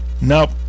Nope